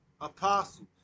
apostles